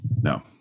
No